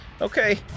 Okay